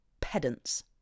Pedants